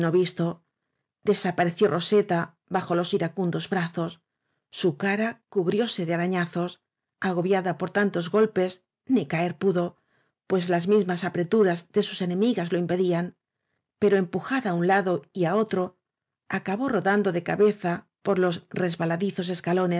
desapareció roseta bajo los iracundos brazos su cara cubrióse de arañazos agobiada por tantos golpes ni caer pudo pues las mismas apreturas de sus ene migas lo impendían pero empujada á un lado y á otro acabó rodando de cabeza por los resba